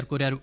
are కోరారు